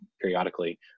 periodically